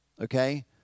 okay